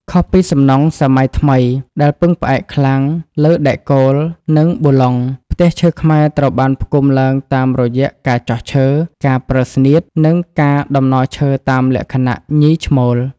ខុសពីសំណង់សម័យថ្មីដែលពឹងផ្អែកខ្លាំងលើដែកគោល និងប៊ូឡុង ផ្ទះឈើខ្មែរត្រូវបានផ្គុំឡើងតាមរយៈការចោះឈើ ការប្រើស្នៀត និងការតំណឈើតាមលក្ខណៈ ញី-ឈ្មោល ។